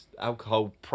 alcohol